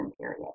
period